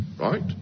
Right